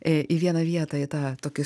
į vieną vietą į tą tokį